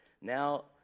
Now